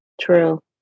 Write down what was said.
True